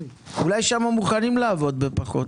אולי שם מוכנים לעבוד בפחות.